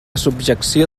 subjecció